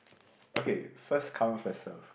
okay first come first serve